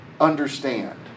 understand